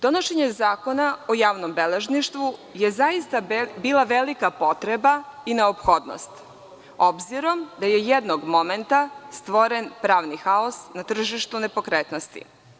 Donošenje Zakona o javnom beležništvu je zaista bila velika potreba i neophodnost, obzirom da je jednog momenta stvoren pravni haos na tržištu nepokretnosti.